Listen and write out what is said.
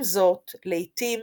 עם זאת, לעיתים